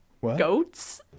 goats